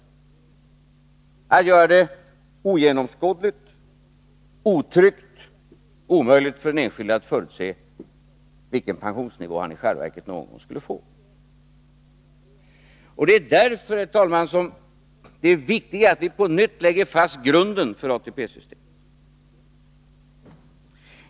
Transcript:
Man ville göra det ogenomskådligt och otryggt samt omöjligt för den enskilde att förutse vilken pensionsnivå han eller hon skulle uppnå. Det är därför, herr talman, viktigare att vi på nytt lägger fast grunden för ATP-systemet.